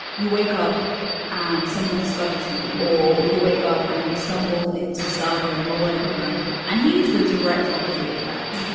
you wake up and someone discovers you. or you wake up and you stumble into stardom or whatever and he is the direct opposite of that.